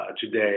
Today